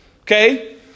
Okay